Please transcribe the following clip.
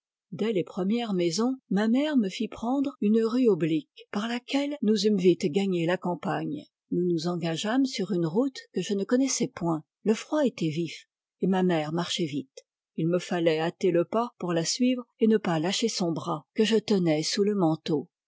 dès les premières maisons ma mère me fit prendre une rue oblique par laquelle nous eûmes vite gagné la campagne nous nous engageâmes sur une route que je ne connaissais point le froid était vif et ma mère marchait vite il me fallait hâter le pas pour la suivre et ne pas lâcher son bras que je tenais sous le manteau